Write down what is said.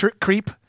creep